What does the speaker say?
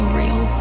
real